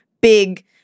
big